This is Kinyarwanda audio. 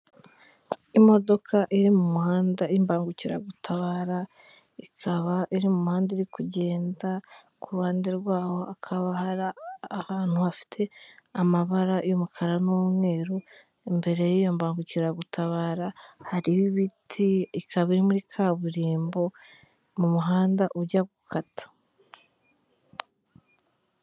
Imodoka iri mu muhanda y'imbangukiragutabara, ikaba iri mu muhanda iri kugenda, ku ruhande rwaho hakaba hari ahantu hafite amabara y'umukara n'umweru, imbere y'iyo mbangukiragutabara, hariho ibiti ikaba iri muri kaburimbo mu muhanda ujya gukata.